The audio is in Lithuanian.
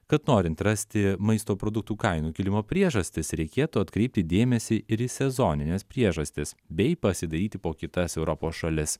kad norint rasti maisto produktų kainų kilimo priežastis reikėtų atkreipti dėmesį ir į sezonines priežastis bei pasidairyti po kitas europos šalis